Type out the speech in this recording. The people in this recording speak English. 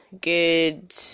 good